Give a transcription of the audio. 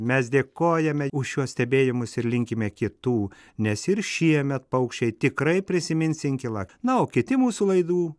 mes dėkojame už šiuos stebėjimus ir linkime kitų nes ir šiemet paukščiai tikrai prisimins inkilą na o kiti mūsų laidų